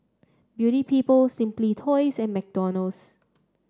Beauty People Simply Toys and McDonald's